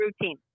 routine